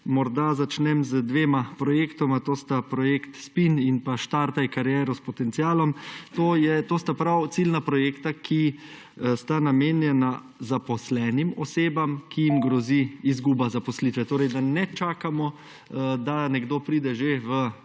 Morda začnem z dvema projektoma. To sta projekt SPIN in Štartaj kariero s potencialom. To sta prav ciljna projekta, ki sta namenjena zaposlenim osebam, ki jim grozi izguba zaposlitve. Torej, da ne čakamo, da nekdo že pride v